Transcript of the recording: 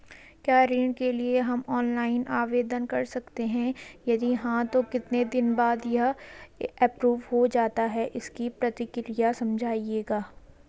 क्या ऋण के लिए हम ऑनलाइन आवेदन कर सकते हैं यदि हाँ तो कितने दिन बाद यह एप्रूव हो जाता है इसकी प्रक्रिया समझाइएगा?